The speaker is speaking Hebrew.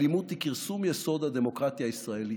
אלימות היא כרסום יסוד הדמוקרטיה הישראלית.